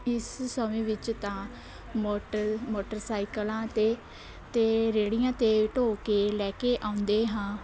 ਇਸ ਸਮੇਂ ਵਿੱਚ ਤਾਂ ਮੋਟਰ ਮੋਟਰਸਾਈਕਲਾਂ 'ਤੇ ਅਤੇ ਰੇਹੜੀਆਂ 'ਤੇ ਢੋਹ ਕੇ ਲੈ ਕੇ ਆਉਂਦੇ ਹਾਂ